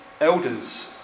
elders